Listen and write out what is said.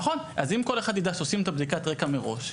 נכון, אז אם כל אחד יידע שעושים בדיקת רקע מראש,